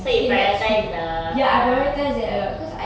so you prioritise the uh